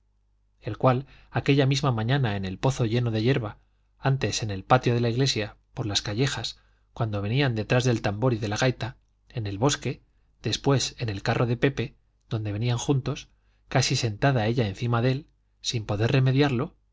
el cual aquella misma mañana en el pozo lleno de yerba antes en el patio de la iglesia por las callejas cuando venían detrás del tambor y de la gaita en el bosque después en el carro de pepe donde venían juntos casi sentada ella encima de él sin poder remediarlo